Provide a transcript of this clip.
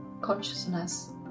consciousness